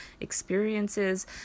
experiences